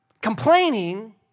complaining